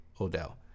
Odell